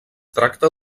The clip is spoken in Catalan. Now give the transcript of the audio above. tracta